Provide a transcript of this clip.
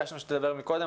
ביקשנו שתדבר קודם.